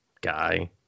guy